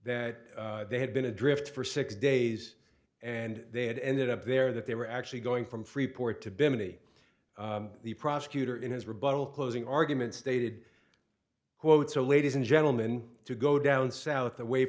that they had been adrift for six days and they had ended up there that they were actually going from freeport to bimini the prosecutor in his rebuttal closing argument stated quote so ladies and gentlemen to go down south away